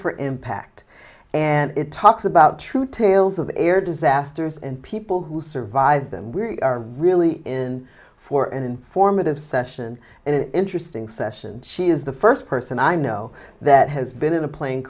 for impact and it talks about true tales of air disasters and people who survived them we are really in for an informative session and an interesting session she is the first person i know that has been in a plane